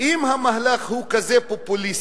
אם המהלך הוא כזה פופוליסטי,